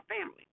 family